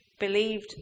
believed